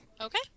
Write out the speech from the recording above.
Okay